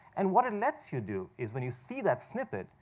and what it lets you do, is when you see that snippet,